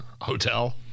hotel